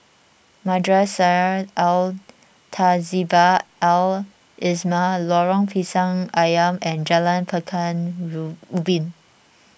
Madrasah Al Tahzibiah Al Islamiah Lorong Pisang Asam and Jalan Pekan Ubin